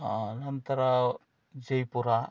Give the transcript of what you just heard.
ಆನಂತರ ಜೈಪುರ